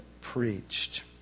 preached